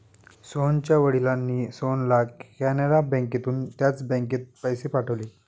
सोहनच्या वडिलांनी सोहनला कॅनरा बँकेतून त्याच बँकेत पैसे पाठवले